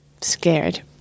scared